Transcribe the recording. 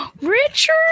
Richard